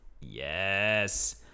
Yes